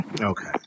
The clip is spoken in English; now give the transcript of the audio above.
Okay